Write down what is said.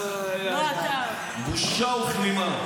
הוא גם לא היה בקטע של תומך הלחימה.